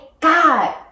God